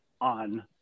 on